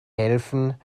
helfen